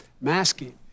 masking